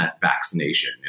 vaccination